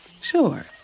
Sure